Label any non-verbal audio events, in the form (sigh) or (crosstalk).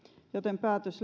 joten päätös (unintelligible)